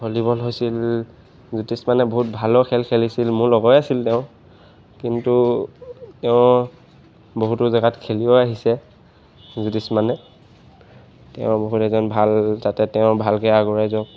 volleyball হৈছিল জ্যোতিষমানে বহুত ভালো খেল খেলিছিল মোৰ লগৰে আছিল তেওঁ কিন্তু তেওঁ বহুতো জেগাত খেলিও আহিছে জ্যোতিষমানে তেওঁ বহুত এজন ভাল তাতে তেওঁ ভালকৈ আগুৱাই যাওক